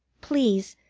please,